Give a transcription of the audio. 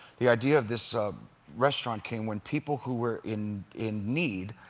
the idea of this restaurant came when people who were in in need,